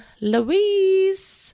Louise